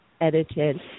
edited